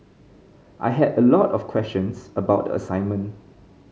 I had a lot of questions about the assignment